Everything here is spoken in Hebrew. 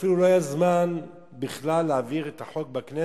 אפילו לא היה זמן בכלל להעביר את החוק בכנסת.